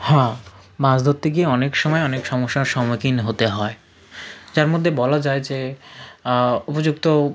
হ্যাঁ মাছ ধরতে গিয়ে অনেক সময় অনেক সমস্যার সম্মুখীন হতে হয় যার মধ্যে বলা যায় যে উপযুক্ত